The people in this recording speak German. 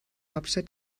hauptstadt